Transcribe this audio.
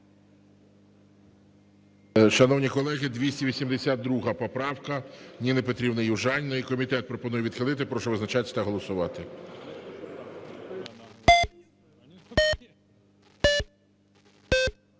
Шановні колеги, 282 поправка Ніні Петрівни Южаніної. Комітет пропонує відхилити. Прошу визначатись та голосувати.